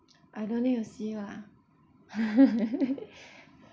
I don't need to see lah